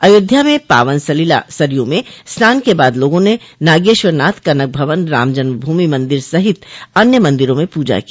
अयोध्या में पावन सलिला सरयू में स्नान के बाद लोगों ने नागेश्वरनाथ कनक भवन रामजन्म भूमि मंदिर सहित अन्य मंदिरों में पूजा की